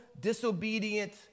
disobedient